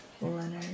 Leonard